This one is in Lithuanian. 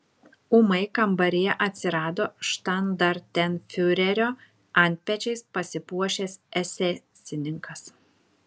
ūmai kambaryje atsirado štandartenfiurerio antpečiais pasipuošęs esesininkas